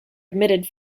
admitted